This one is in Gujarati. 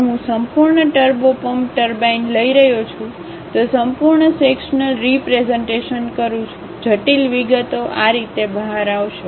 જો હું સંપૂર્ણ ટર્બો પંપ ટર્બાઇન લઈ રહ્યો છું તો સંપૂર્ણ સેક્શન્લ રીપ્રેઝન્ટેશનકરું છું જટિલ વિગતો આ રીતે બહાર આવશે